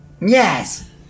Yes